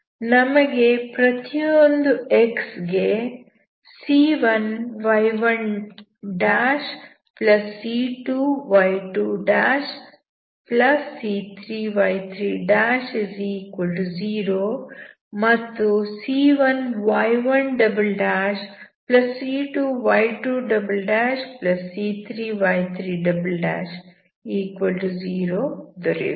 ನಮಗೆ ಪ್ರತಿಯೊಂದು x∈I ಗೆ c1y1c2y2c3y30 ಮತ್ತು c1y1c2y2c3y30 ದೊರೆಯುತ್ತದೆ